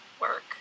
work